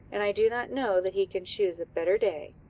and i do not know that he can choose a better day.